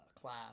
class